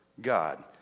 God